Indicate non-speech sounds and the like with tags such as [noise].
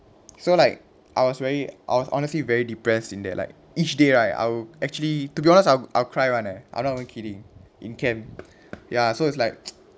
so like I was very I was honestly very depressed in there like each day right I'll actually to be honest I'll I'll cry [one] leh I'm not even kidding in camp ya so it's like [noise]